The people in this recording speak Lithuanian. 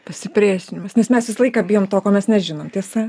pasipriešinimas nes mes visą laiką bijom to ko mes nežinom tiesa